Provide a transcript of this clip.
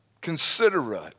considerate